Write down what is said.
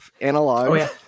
analog